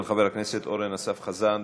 2017, של חבר הכנסת אורן אסף חזן.